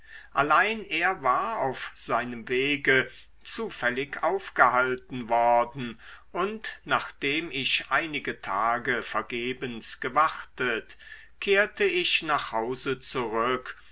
allein er war auf seinem wege zufällig aufgehalten worden und nachdem ich einige tage vergebens gewartet kehrte ich nach hause zurück